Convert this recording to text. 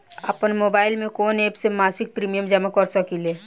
आपनमोबाइल में कवन एप से मासिक प्रिमियम जमा कर सकिले?